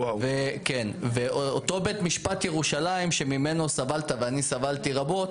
אותו בית משפט בירושלים ממנו סבלת וגם אני סבלתי רבות,